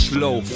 Slow